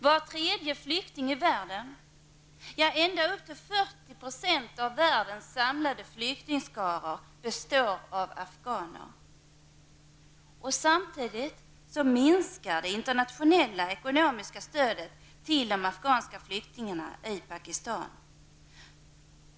Var tredje flykting i världen, ja, ända upp till Samtidigt minskar det internationella ekonomiska stödet till de afghanska flyktingarna i Pakistan.